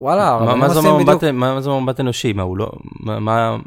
וואלה מה זה מה זה מה זה מבט אנושי מה הוא לא.